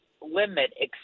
limit